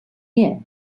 year